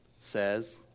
says